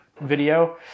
video